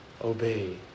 obey